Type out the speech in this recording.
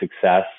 success